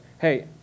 hey